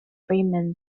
freeman